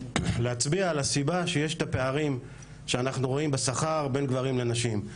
להצביע על הסיבה שיש את הפערים שאנחנו רואים בשכר בין גברים לנשים.